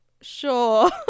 sure